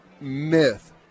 myth